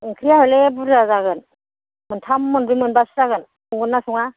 ओंख्रिया हयले बुरजा जागोन मोनथाम मोनब्रै मोनबासो जागोन संगोन ना सङा